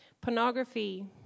Pornography